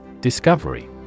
Discovery